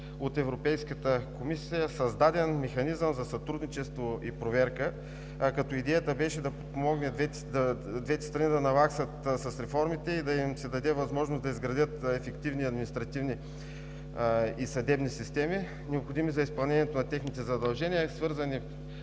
от Европейската комисия Механизъм за сътрудничество и проверка, като идеята беше да подпомогне двете страни да наваксат с реформите и да им се даде възможност да изградят ефективни административни и съдебни системи, необходими за изпълнението на техните задължения, свързани